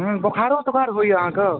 बोखारो तोखाड़ होइए अहाँकेँ